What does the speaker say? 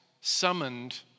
Summoned